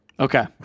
Okay